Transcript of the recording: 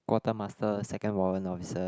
quarter master second warrant officer